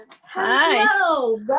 Hello